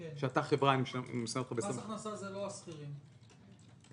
שאותה חברה -- מס הכנסה זה לא השכירים -- לא,